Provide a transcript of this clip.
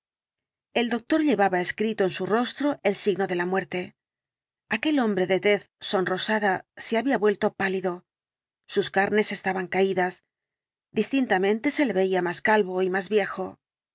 el doctor llevaba escrito en su rostro el signo de la muerte aquel hombre de tez sonrosada se había vuelto pálido sus carnes estaban caídas distintamente se le veía más calvo y más viejo